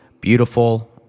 beautiful